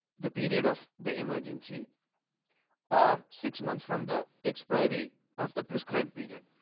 the period of the emergency or six months from the expiry of the prescribed period.